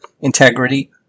integrity